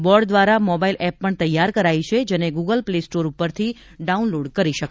board દ્વારા mobile app પણ તૈયાર કરાઇ છે જેને ગુગલ પ્લે સ્ટોર ઉપરથી ડાઉનલોડ કરી શકાશે